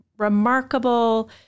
remarkable